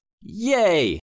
yay